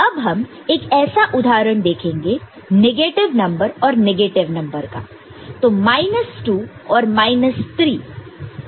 अब हम एक ऐसा उदाहरण देखेंगे नेगेटिव नंबर और नेगेटिव नंबर तो माइनस 2 और माइनस 3 है